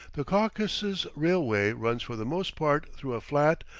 the caucasus railway runs for the most part through a flat,